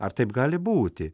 ar taip gali būti